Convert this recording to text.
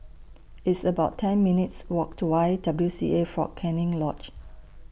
It's about ten minutes' Walk to Y W C A Fort Canning Lodge